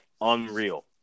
unreal